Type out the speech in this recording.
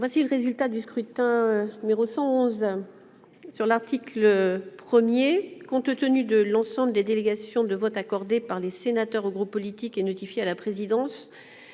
le résultat du scrutin. Voici, compte tenu de l'ensemble des délégations de vote accordées par les sénateurs aux groupes politiques et notifiées à la présidence,